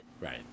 Right